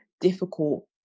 difficult